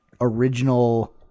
original